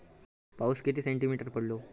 पाऊस किती सेंटीमीटर पडलो?